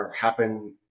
happen